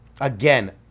again